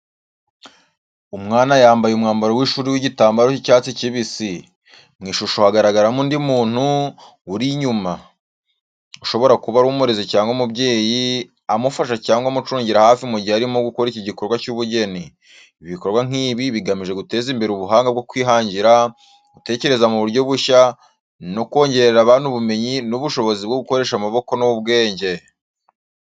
Umwana yambaye umwambaro w’ishuri w’igitambaro cy’icyatsi kibisi. Mu ishusho hagaragaramo undi muntu uri inyuma, ushobora kuba ari umurezi cyangwa umubyeyi, amufasha cyangwa amucungira hafi mu gihe arimo gukora iki gikorwa cy’ubugeni. Ibi bikorwa nk’ibi bigamije guteza imbere ubuhanga bwo kwihangira, gutekereza mu buryo bushya, no kongerera abana ubumenyi n’ubushobozi bwo gukoresha amaboko n’ubwenge.